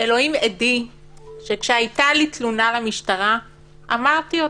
אלוהים עדי שכשהייתה לי תלונה למשטרה אמרתי אותה.